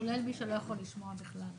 כולל מי שלא יכול לשמוע בכלל.